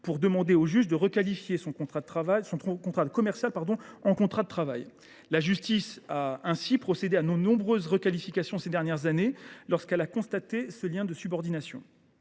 pour demander au juge de requalifier son contrat commercial en contrat de travail. La justice a ainsi procédé à de nombreuses requalifications ces dernières années, lorsqu’elle a constaté un lien de subordination.